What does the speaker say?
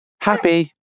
Happy